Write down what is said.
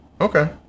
Okay